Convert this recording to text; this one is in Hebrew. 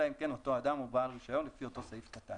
אלא אם כן אותו אדם הוא בעל רישיון לפי אותו סעיף קטן".